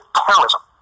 terrorism